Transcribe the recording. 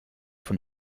von